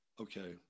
okay